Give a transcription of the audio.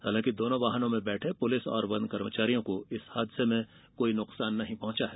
हालांकि दोनों वाहनों में बैठे पुलिस और वन कर्मचारियों को इस हादसे में कोई नुकसान नहीं पहुंचा है